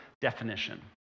definition